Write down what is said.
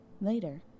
Later